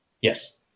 Yes